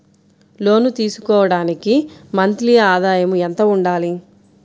లోను తీసుకోవడానికి మంత్లీ ఆదాయము ఎంత ఉండాలి?